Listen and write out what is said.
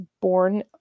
born